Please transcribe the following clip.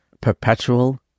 perpetual